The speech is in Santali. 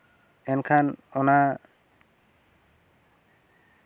ᱮᱱᱠᱷᱟᱱ ᱚᱱᱟ